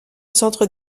centre